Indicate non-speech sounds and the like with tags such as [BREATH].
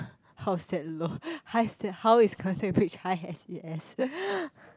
how's that low how's that how is bridge high S_E_S [BREATH]